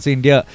India